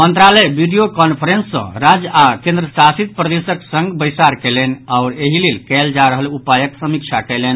मंत्रालय video conference सँ राज्य आओर केन्द्रशासित प्रदेशक संग बैसार कयलनि आओर एहि लेल कयल जा रहल उपायक समीक्षा कयलनि